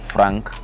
Frank